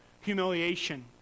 humiliation